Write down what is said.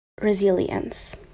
Resilience